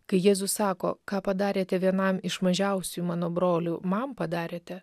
kai jėzus sako ką padarėte vienam iš mažiausiųjų mano brolių man padarėte